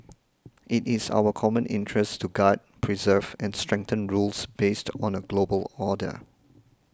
it is in our common interest to guard preserve and strengthen rules based on global order